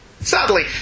Sadly